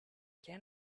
can